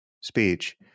speech